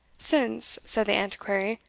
since, said the antiquary,